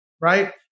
right